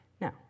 Now